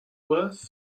worth